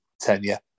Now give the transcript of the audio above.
tenure